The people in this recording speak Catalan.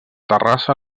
terrassa